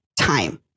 time